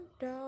down